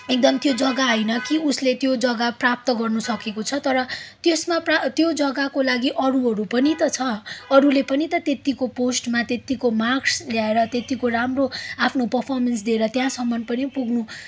एकदम त्यो जग्गा होइन कि उसले त्यो जग्गा प्राप्त गर्नसकेको छ तर त्यसमा प्रा त्यो जग्गाको लागि अरूहरू पनि त छ अरूले पनि त त्यत्तिको पोस्टमा त्यत्तिको मार्क्स ल्याएर त्यत्तिको राम्रो आफ्नो पर्फोर्मेन्स दिएर त्यहाँसम्म पनि पुग्नु